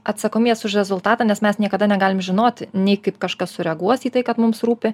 atsakomybės už rezultatą nes mes niekada negalim žinoti nei kaip kažkas sureaguos į tai kad mums rūpi